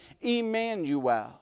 Emmanuel